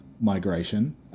migration